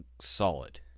solid